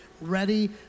ready